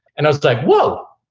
and i was like, whoa.